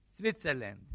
Switzerland